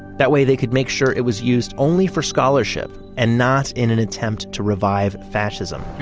that way, they could make sure it was used only for scholarship and not in an attempt to revive fascism